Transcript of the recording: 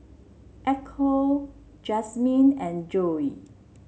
Echo Jazmine and Joe